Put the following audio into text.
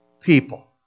people